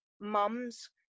mums